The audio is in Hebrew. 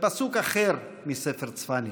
בפסוק אחר מספר צפניה: